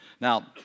Now